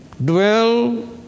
Dwell